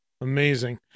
Amazing